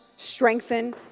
strengthen